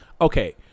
Okay